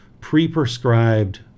pre-prescribed